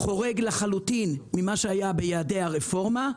זה חורג לחלוטין ממה שהיה ביעדי הרפורמה.